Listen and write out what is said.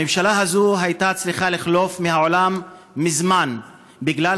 הממשלה הזאת הייתה צריכה לחלוף מהעולם מזמן בגלל